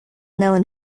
known